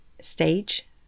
Stage